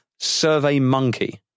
SurveyMonkey